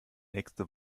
nächste